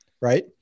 right